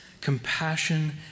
compassion